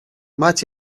might